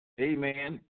amen